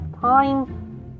time